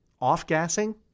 off-gassing